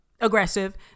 aggressive